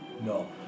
No